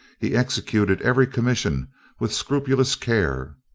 he executed every commission with scrupulous care.